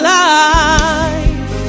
life